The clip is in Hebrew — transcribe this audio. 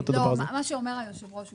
מה שאומר היושב ראש זה